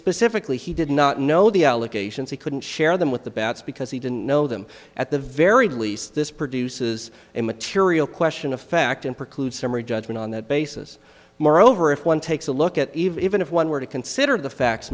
specifically he did not know the allegations he couldn't share them with the bats because he didn't know them at the very least this produces a material question of fact and preclude summary judgment on that basis moreover if one takes a look at even if one were to consider the facts